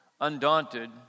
Undaunted